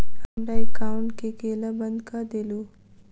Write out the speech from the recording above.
हमरा एकाउंट केँ केल बंद कऽ देलु?